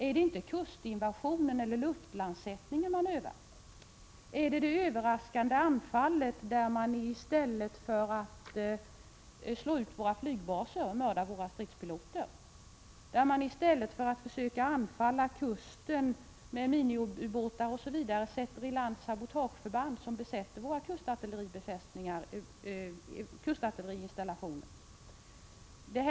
Är det kustinvasion eller luftlandsättning man övar? Eller är det fråga om det överraskande anfallet, där man i stället för att slå ut våra flygbaser mördar våra stridspiloter och i stället för att försöka anfalla kusten med mini-ubåtar och annat sätter i land sabotageförband som besätter våra kustartilleriinstallationer?